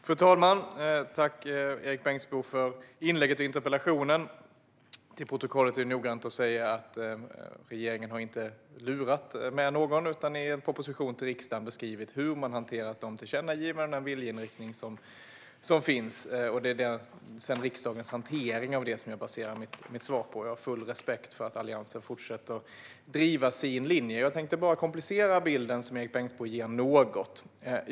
Fru talman! Tack, Erik Bengtzboe, för inlägget och interpellationen! För protokollet vill jag vara noga med att säga att regeringen inte har lurat med någon utan i en proposition till riksdagen beskrivit hur man hanterat de tillkännagivanden och den viljeinriktning som finns. Det är riksdagens hantering av det som jag baserar mitt svar på. Jag har full respekt för att Alliansen fortsätter driva sin linje. Jag tänkte bara komplicera bilden som Erik Bengtzboe ger något.